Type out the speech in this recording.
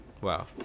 Wow